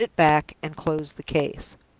put it back, and closed the case.